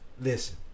Listen